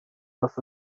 das